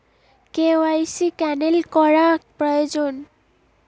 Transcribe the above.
KYC cancel করা প্রয়োজন?